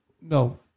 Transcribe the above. No